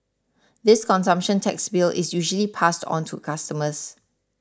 this consumption tax bill is usually passed on to customers